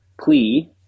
plea